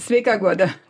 sveika guoda